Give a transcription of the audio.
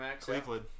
Cleveland